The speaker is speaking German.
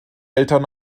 eltern